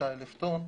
כ-25,000 טון.